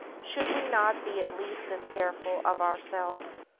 should we not be at least as careful of ourselves?